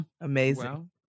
Amazing